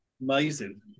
amazing